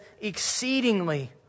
exceedingly